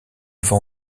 vent